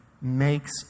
makes